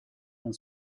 and